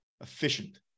efficient